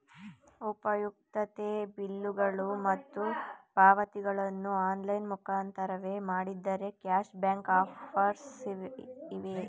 ಉಪಯುಕ್ತತೆ ಬಿಲ್ಲುಗಳು ಮತ್ತು ಪಾವತಿಗಳನ್ನು ಆನ್ಲೈನ್ ಮುಖಾಂತರವೇ ಮಾಡಿದರೆ ಕ್ಯಾಶ್ ಬ್ಯಾಕ್ ಆಫರ್ಸ್ ಇವೆಯೇ?